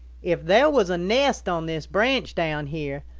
if there was a nest on this branch down here,